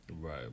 Right